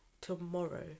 tomorrow